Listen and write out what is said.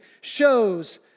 shows